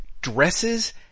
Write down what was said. dresses